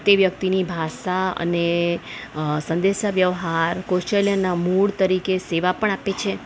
તે વ્યક્તિની ભાષા આ અને સંદેશાવ્યવહાર કૌશલ્યના મૂળ તરીકે સેવા પણ આપે છે